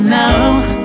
now